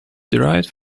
derived